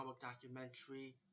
documentary